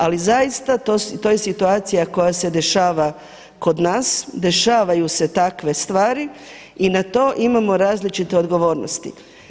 Ali zaista to je situacija koja se dešava kod nas, dešavaju se takve stvari i na to imamo različite odgovornosti.